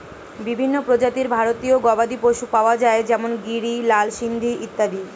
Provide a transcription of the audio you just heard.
বিভিন্ন প্রজাতির ভারতীয় গবাদি পশু পাওয়া যায় যেমন গিরি, লাল সিন্ধি ইত্যাদি